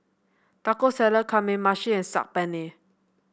Taco Salad Kamameshi and Saag Paneer